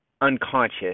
unconscious